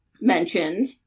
mentioned